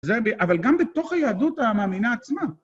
אבל גם בתוך היהדות המאמינה עצמה.